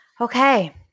Okay